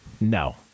No